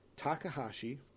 Takahashi